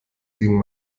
ging